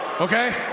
okay